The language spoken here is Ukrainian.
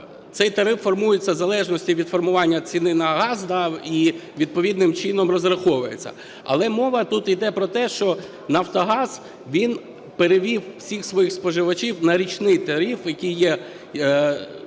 цей тариф формується в залежності від формування ціни на газ і відповідним чином розраховується. Але мова тут іде про те, що "Нафтогаз" він перевів всіх своїх споживачів на річний тариф, який є